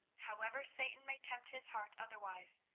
however satan may tempt his heart otherwise.